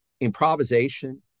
improvisation